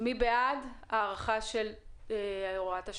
בעד הארכה של הוראת השעה?